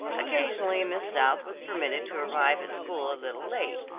occasionally miss south was permitted to arrive at school a little late,